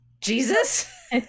jesus